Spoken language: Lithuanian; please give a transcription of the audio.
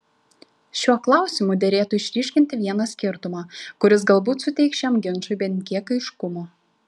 šiuo klausimu derėtų išryškinti vieną skirtumą kuris galbūt suteiks šiam ginčui bent kiek aiškumo